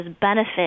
benefit